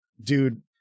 dude